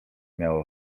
miał